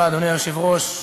אדוני היושב-ראש,